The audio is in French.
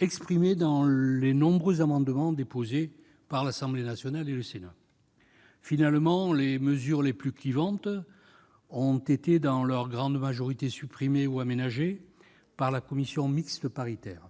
exprimés dans les nombreux amendements déposés à l'Assemblée nationale et au Sénat. Finalement, les mesures les plus clivantes ont été dans leur grande majorité supprimées ou aménagées par la commission mixte paritaire.